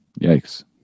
Yikes